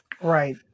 Right